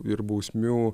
ir bausmių